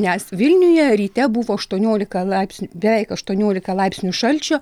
nes vilniuje ryte buvo aštuoniolika laipsnių beveik aštuoniolika laipsnių šalčio